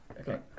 Okay